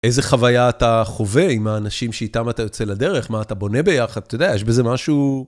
איזה חוויה אתה חווה עם האנשים שאיתם אתה יוצא לדרך, מה אתה בונה ביחד, אתה יודע, יש בזה משהו...